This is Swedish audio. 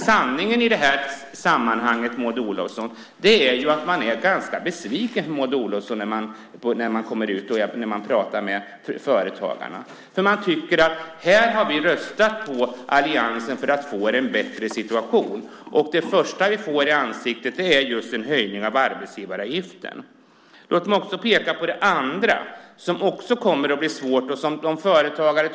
Sanningen i det här sammanhanget, Maud Olofsson, är att man är ganska besviken på Maud Olofsson bland företagarna. Här har de röstat på alliansen för att få en bättre situation, och det första de får i ansiktet är en höjning av arbetsgivaravgiften. Låt mig få peka på det andra som också gör att det kommer att bli svårt för företagare.